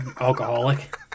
alcoholic